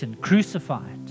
crucified